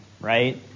right